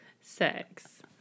Sex